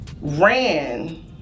ran